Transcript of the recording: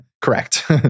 correct